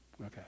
Okay